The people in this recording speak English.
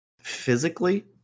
physically